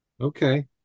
Okay